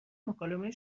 مکالمه